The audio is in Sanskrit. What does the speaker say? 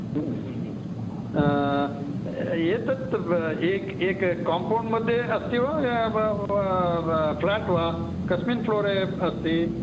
एतत् एकं कोम्पौण्ड् मध्ये एव अस्ति वा फ्लेट् वा कस्मिन् फ्लोरे अस्ति